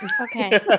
Okay